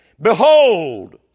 Behold